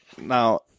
Now